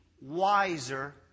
wiser